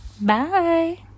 bye